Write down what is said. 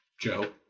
Joe